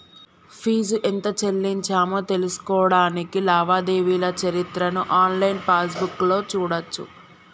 fee ఎంత చెల్లించామో తెలుసుకోడానికి లావాదేవీల చరిత్రను ఆన్లైన్ పాస్బుక్లో చూడచ్చు